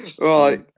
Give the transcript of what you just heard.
Right